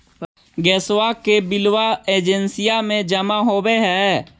गैसवा के बिलवा एजेंसिया मे जमा होव है?